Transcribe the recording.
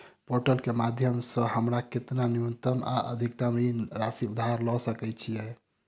Portal केँ माध्यम सऽ हमरा केतना न्यूनतम आ अधिकतम ऋण राशि उधार ले सकै छीयै?